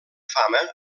fama